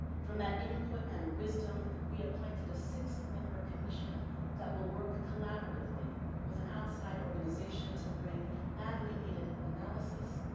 from that input and wisdom we appointed a six-member commission that will work collaboratively with an outside organization to bring badly needed analysis,